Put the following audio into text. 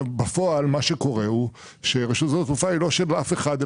בפועל מה שקורה הוא שרשות שדות התעופה היא לא של אף אחד,